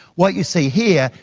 what you see here,